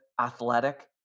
athletic